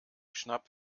schnapp